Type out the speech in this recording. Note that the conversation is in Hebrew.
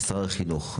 משר החינוך,